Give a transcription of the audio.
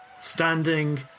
standing